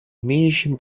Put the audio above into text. имеющим